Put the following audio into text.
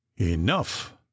Enough